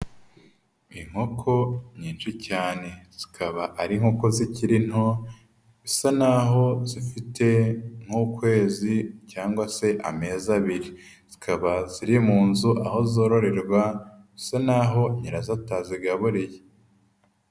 Inkoko nyinshi cyane, zikaba ari inkoko zikiri nto, bisa nk'aho zifite nk'ukwezi cyangwa se amezi abiri, zikaba ziri mu nzu aho zororerwa bisa nk'aho nyirazo atazigabureriye.